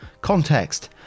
Context